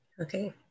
Okay